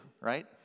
right